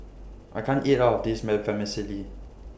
I can't eat All of This